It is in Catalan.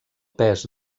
pes